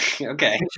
Okay